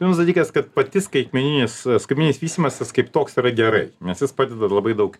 vienas dalykas kad pati skaitmeninis skaitmeninis vystymasis kaip toks yra gerai nes jis padeda labai daug